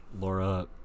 Laura